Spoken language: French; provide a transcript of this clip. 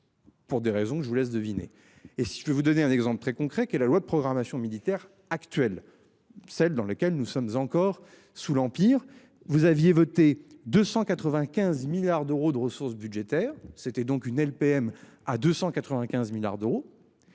Pour des raisons je vous laisse deviner. Et si je vais vous donner un exemple très concret que est la loi de programmation militaire actuelle, celle dans laquelle nous sommes encore sous l'empire, vous aviez voté 295 milliards d'euros de ressources budgétaires. C'était donc une LPM à 295 milliards d'euros.